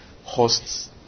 hosts